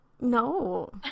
No